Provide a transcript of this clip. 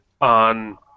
on